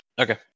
Okay